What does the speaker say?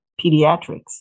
Pediatrics